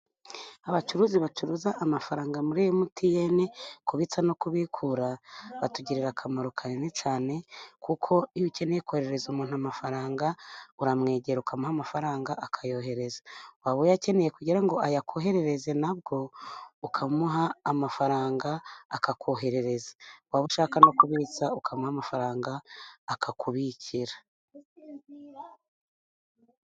Abacuruzi bacuruza amafaranga muri emutiyeni, kubitsa no kubikura, batugirira akamaro kanini cyane, kuko iyo ukeneye koherereza umuntu amafaranga, uramwegera ukamuha amafaranga akayohereza, waba uyakeneye kugira ngo ayakoherereze ,na bwo ukamuha amafaranga akakoherereza ,waba ushaka no kubitsa, ukamuha amafaranga akakubikira.